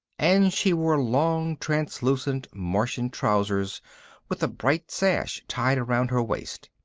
and she wore long translucent martian trousers with a bright sash tied around her waist.